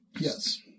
Yes